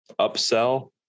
upsell